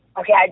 okay